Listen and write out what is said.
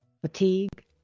fatigue